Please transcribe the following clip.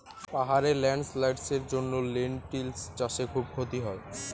পাহাড়ে ল্যান্ডস্লাইডস্ এর জন্য লেনটিল্স চাষে খুব ক্ষতি হয়